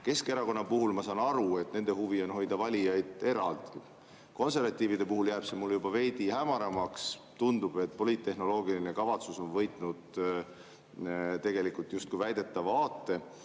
Keskerakonna puhul ma saan aru, et nende huvi on hoida valijaid eraldi. Konservatiivide puhul jääb see mulle juba veidi hämaramaks. Tundub, et poliittehnoloogiline kavatsus on võitnud justkui väidetava aate.